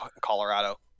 Colorado